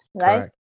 right